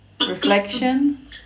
reflection